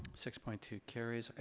six point two carries. ah